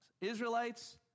Israelites